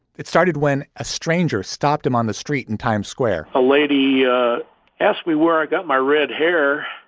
it started when a stranger stopped him on the street in times square a lady ah asked me where i got my red hair.